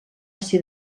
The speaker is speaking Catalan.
ser